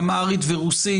אמהרית ורוסית,